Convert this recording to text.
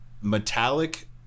metallic